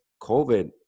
COVID